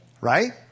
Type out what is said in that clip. right